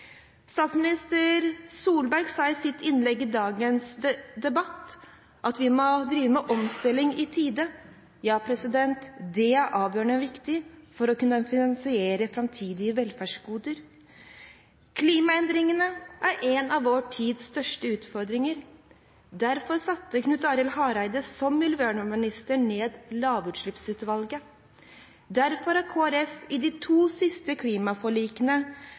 Statsminister Solberg sa i sitt innlegg i dagens debatt at vi må drive med omstilling i tide. Ja, det er avgjørende viktig for å kunne finansiere framtidige velferdsgoder. Klimaendringene er en av vår tids største utfordringer. Derfor satte Knut Arild Hareide, som miljøvernminister, ned Lavutslippsutvalget. Derfor har Kristelig Folkeparti i de to siste klimaforlikene